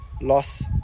loss